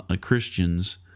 Christians